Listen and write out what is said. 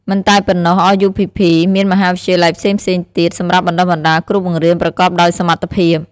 មិនតែប៉ុណ្ណោះRUPPមានមហាវិទ្យាល័យផ្សេងៗទៀតសម្រាប់បណ្តុះបណ្តាលគ្រូបង្រៀនប្រកបដោយសមត្ថភាព។